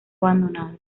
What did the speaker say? abandonado